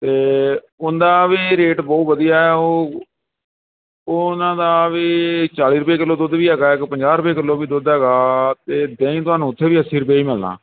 ਅਤੇ ਉਹਨਾਂ ਦਾ ਵੀ ਰੇਟ ਬਹੁਤ ਵਧੀਆ ਉਹ ਉਹ ਉਹਨਾਂ ਦਾ ਵੀ ਚਾਲੀ ਰੁਪਏ ਕਿਲੋ ਦੁੱਧ ਵੀ ਹੈਗਾ ਇੱਕ ਪੰਜਾਹ ਰੁਪਏ ਕਿਲੋ ਵੀ ਦੁੱਧ ਹੈਗਾ ਅਤੇ ਦਹੀਂ ਤੁਹਾਨੂੰ ਉੱਥੇ ਵੀ ਅੱਸੀ ਰੁਪਏ ਹੀ ਮਿਲਣਾ